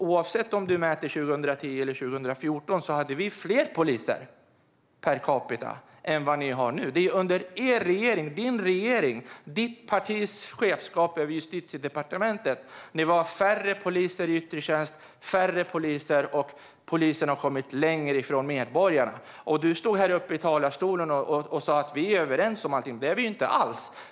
Oavsett om man mäter för 2010 eller 2014 hade vi fler poliser per capita än vad ni har nu, Helene Petersson. Under er regering och ditt partis chefskap över Justitiedepartementet har det blivit färre poliser i yttre tjänst. Det är färre poliser, och polisen har kommit längre ifrån medborgarna. Du stod här uppe i talarstolen och sa att vi är överens om allting. Det är vi inte alls.